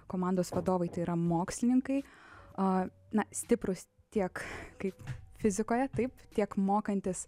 komandos vadovai tai yra mokslininkai a na stiprūs tiek kaip fizikoje taip tiek mokantis